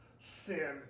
sin